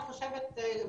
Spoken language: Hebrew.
אני חושבת,